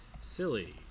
silly